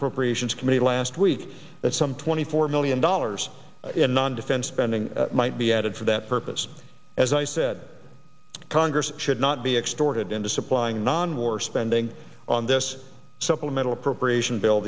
appropriations committee last week that some twenty four million dollars in non defense spending might be added for that purpose as i said congress should not be extorted into supplying non war spending on this supplemental appropriation bill